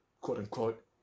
quote-unquote